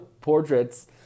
portraits